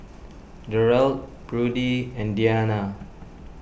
Derald Prudie and Dianna